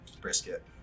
Brisket